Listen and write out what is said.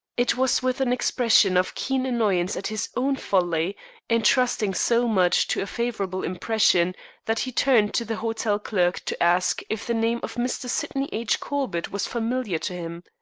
it was with an expression of keen annoyance at his own folly in trusting so much to a favorable impression that he turned to the hotel clerk to ask if the name of mr. sydney h. corbett was familiar to him.